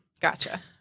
Gotcha